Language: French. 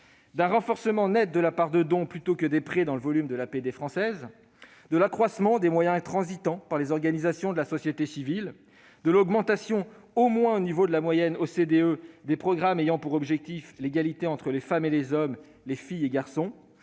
d'un renforcement net de la part des dons, plutôt que des prêts, dans le volume de l'APD française ; de l'accroissement des moyens transitant par les organisations de la société civile ; de l'augmentation, au moins au niveau de la moyenne de l'OCDE, des programmes ayant pour objectif l'égalité entre les femmes et les hommes, entre les filles et les garçons